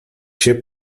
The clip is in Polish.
się